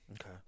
Okay